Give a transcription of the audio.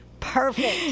Perfect